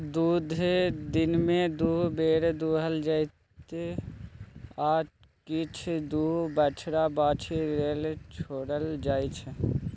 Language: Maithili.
दुध दिनमे दु बेर दुहल जेतै आ किछ दुध बछ्छा बाछी लेल छोरल जाइ छै